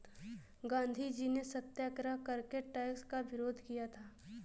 गांधीजी ने सत्याग्रह करके टैक्स का विरोध किया था